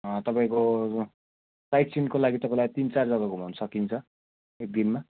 तपाईँको साइट सिनको लागि तपाईँलाई तीन चार जग्गा घुमाउनु सकिन्छ एकदिनमा